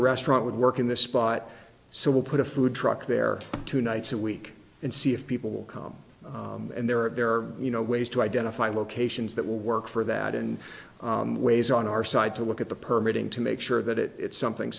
a restaurant would work in this spot so we'll put a food truck there two nights a week and see if people will come and there are you know ways to identify locations that will work for that and ways on our side to look at the permit him to make sure that it's something